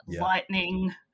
Lightning